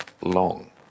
long